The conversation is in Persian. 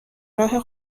راه